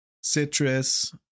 citrus